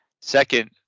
Second